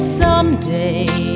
someday